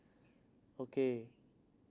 okay